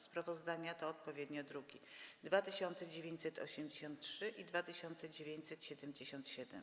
Sprawozdania to odpowiednio druki nr 2983 i 2977.